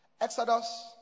Exodus